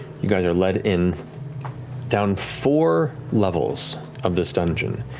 you guys are led in down four levels of this dungeon,